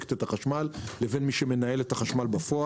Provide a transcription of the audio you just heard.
ומספקת את החשמל, לבין מי שמנהל את החשמל בפועל.